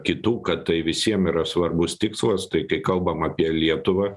kitų kad tai visiem yra svarbus tikslas tai kai kalbam apie lietuvą